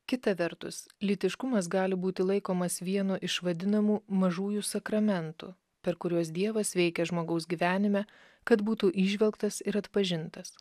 kita vertus lytiškumas gali būti laikomas vienu iš vadinamų mažųjų sakramentų per kuriuos dievas veikia žmogaus gyvenime kad būtų įžvelgtas ir atpažintas